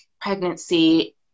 pregnancy